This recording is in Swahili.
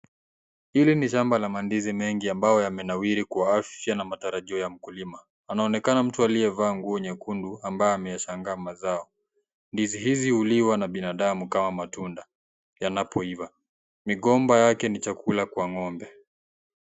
Hili ni shamba la mandizi mengi ambayo yamenawiri kwa afya na matarajio ya mkulima, panaonekana mtu aliyevaa nguo nyekundu ambaye ameyashangaa mazao, ndizi hizi huliwa na binadamu kama matunda yanapoiva, migomba yake ni chakula kwa ng'ombe.